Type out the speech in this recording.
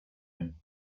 him